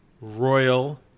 royal